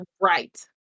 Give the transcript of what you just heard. Right